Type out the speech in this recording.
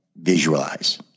visualize